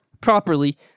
properly